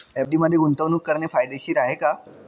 FD मध्ये गुंतवणूक करणे फायदेशीर आहे का?